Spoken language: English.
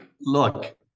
Look